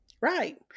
Right